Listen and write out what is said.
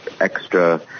extra